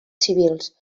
civils